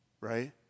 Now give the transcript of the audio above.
Right